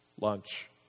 lunch